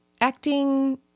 acting